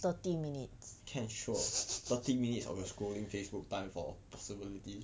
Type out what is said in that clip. can sure thirty minutes of your scrolling Facebook time for possibilities